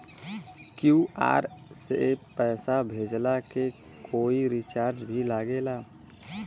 QR से पैसा भेजला के कोई चार्ज भी लागेला?